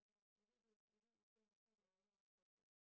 maybe they've already eaten that's why they are very energetic